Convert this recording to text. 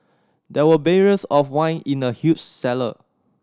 there were barrels of wine in the huge cellar